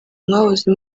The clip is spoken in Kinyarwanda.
mwahoze